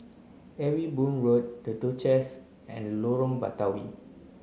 Ewe Boon Road The Duchess and Lorong Batawi